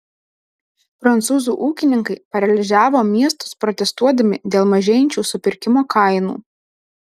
prancūzų ūkininkai paralyžiavo miestus protestuodami dėl mažėjančių supirkimo kainų